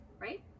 right